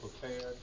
prepared